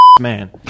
man